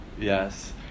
Yes